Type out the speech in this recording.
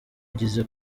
igeze